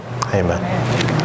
Amen